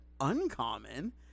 uncommon